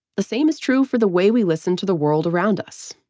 the same is true for the way we listen to the world around us.